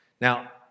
Now